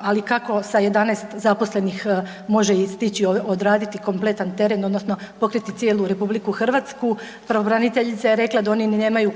ali kako sa 11 zaposlenih može i stići odraditi kompletan teren odnosno pokriti cijelu RH. Pravobraniteljica je i rekla da oni ni nemaju